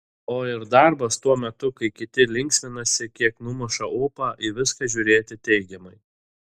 o ir darbas tuo metu kai kiti linksminasi kiek numuša ūpą į viską žiūrėti teigiamai